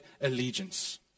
allegiance